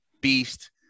beast